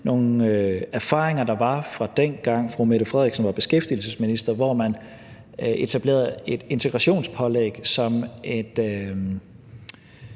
nogle erfaringer, der var, fra dengang fru Mette Frederiksen var beskæftigelsesminister, hvor man etablerede et integrationspålæg som et